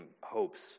hopes